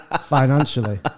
financially